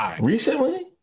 Recently